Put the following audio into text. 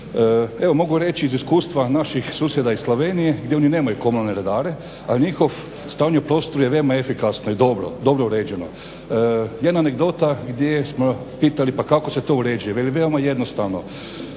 Evo mogu reći iz iskustva naših susjeda iz Slovenije gdje on nemaju komunalne redare, ali njihovo stanje u prostoru je veoma efikasno i dobro uređeno. Jedna anegdota gdje smo pitali pa kako se to uređuje veli veoma jednostavno.